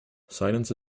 silence